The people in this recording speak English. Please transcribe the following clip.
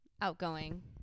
Outgoing